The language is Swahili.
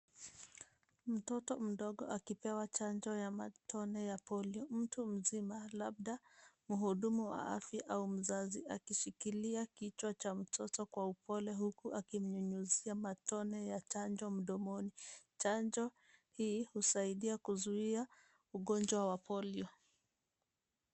Mtoto mdogo akipewa chanjo ya matone ya Polio. Mtu mzima, labda mhudumu wa afya au mzazi, akishikilia kichwa cha mtoto kwa upole, huku akimnyunyizia matone ya chanjo mdomoni. Chanjo hii husaidia kuzuia ugonjwa wa polio.